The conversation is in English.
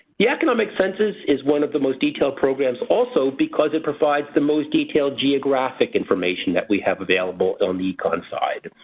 the economic census is one of the most detailed programs also because it provides the most detailed geographic information that we have available on the econ side.